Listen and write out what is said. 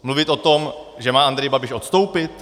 Mluvit o tom, že má Andrej Babiš odstoupit?